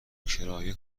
کرایه